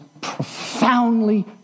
profoundly